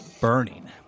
Burning